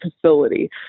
facility